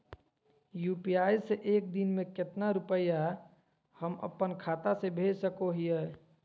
UPI से एक दिन में कितना रुपैया हम अपन खाता से भेज सको हियय?